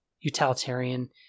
utilitarian